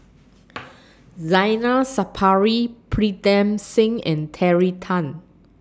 Zainal Sapari Pritam Singh and Terry Tan